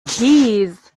keys